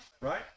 right